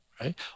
right